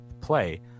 play